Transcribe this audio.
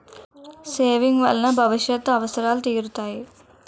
saving వలన భవిష్యత్ అవసరాలు తీరుతాయి